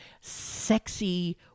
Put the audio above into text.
sexy